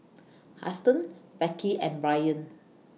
Huston Becky and Bryant